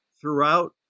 throughout